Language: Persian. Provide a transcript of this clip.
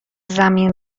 زمین